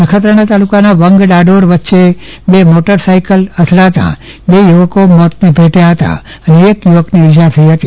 નખત્રાણા તાલુકાના વંગ ડાડોર વચ્ચે બે મોટર સિકલ અથડાતા બે યુવકો મોતને ભેટ્યા હતા અને એક યુવકને ઈજા થઇ હતી